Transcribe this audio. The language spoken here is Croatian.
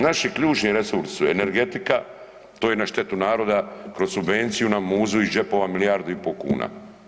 Naši ključni resursi su energetika, to je na štetu naroda kroz subvenciju nam muzu iz džepova milijardu i po kuna.